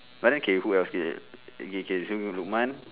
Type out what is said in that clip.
but then okay who else K okay K so lukman